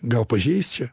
gal pažeis čia